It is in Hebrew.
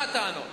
מה הטענות?